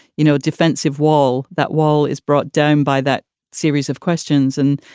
you know, defensive wall, that wall is brought down by that series of questions. and,